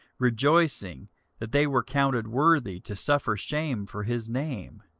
rejoicing that they were counted worthy to suffer shame for his name.